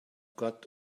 got